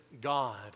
God